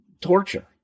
torture